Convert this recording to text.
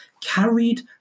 carried